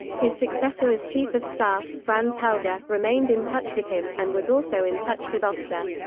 his successor as chief of staff, franz halder, remained in touch with him, and was also in touch with oster.